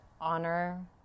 honor